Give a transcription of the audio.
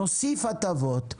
נוסיף הטבות,